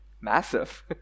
massive